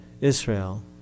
Israel